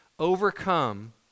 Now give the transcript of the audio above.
Overcome